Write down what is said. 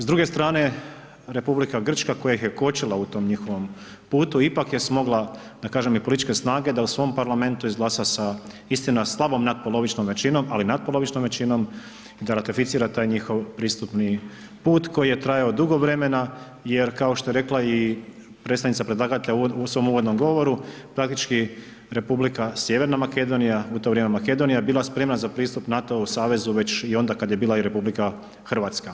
S druge strane Republika Grčke, koja ih je kočila u tom njihovom putu, ipak je smogla, da kažem i političke snage, da u svom parlamentu izglasa sa istina, slabom natpolovičnom većinom, ali natpolovičnom većinom da ratificira taj njihov pristupni put koji je trajao dugo vremena, jer kao što je rekla i predstavnica predlagatelja u svom uvodnom govoru, praktički Republika Sjeverna Makedonija, u to vrijeme, Makedonija je bila spremna za pristup NATO-ovom savezu već i onda kada je bila RH.